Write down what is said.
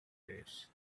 days